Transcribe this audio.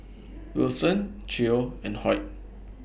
Wilson Geo and Hoyt